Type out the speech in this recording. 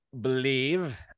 believe